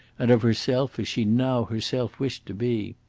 and of herself as she now herself wished to be.